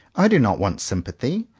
i do not want sym pathy.